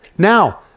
Now